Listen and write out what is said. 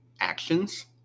actions